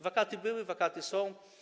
Wakaty były, wakaty są.